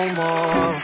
more